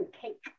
cake